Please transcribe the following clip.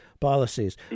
policies